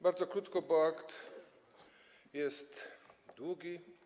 Bardzo krótko, bo akt jest długi.